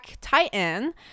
Titan